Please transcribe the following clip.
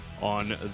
on